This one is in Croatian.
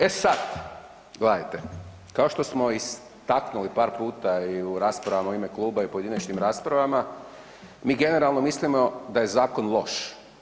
E sad, gledajte, kao što smo istaknuli par puta i u raspravama u ime kluba i u pojedinačnim raspravama, mi generalno mislimo da je zakon loš.